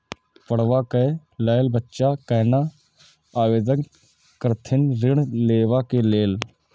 पढ़वा कै लैल बच्चा कैना आवेदन करथिन ऋण लेवा के लेल?